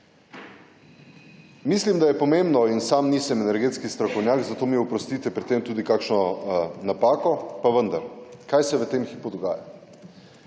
Mislim, da je pomembno in sam nisem energetski strokovnjak, zato mi oprostite pri tem tudi kakšno napako, pa vendar. Kaj se v tem hipu dogaja?